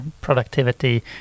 productivity